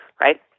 right